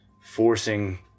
forcing